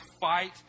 fight